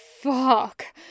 fuck